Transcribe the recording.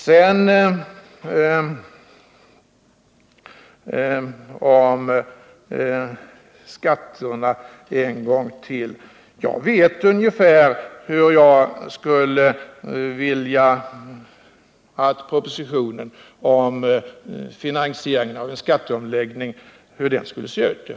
Sedan några ord om skatterna en gång till. Jag vet i stort hur jag skulle vilja att propositionen om finansieringen av en skatteomläggning skulle se ut.